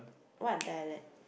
what dialect